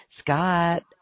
Scott